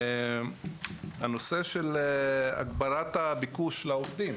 הנושא של הגברת הביקוש לעובדים,